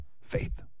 Faith